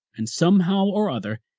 and somehow or other,